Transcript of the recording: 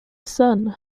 son